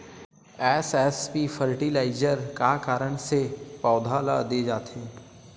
SSP fertiliser का कारण से पौधा ल दे जाथे?